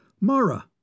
Mara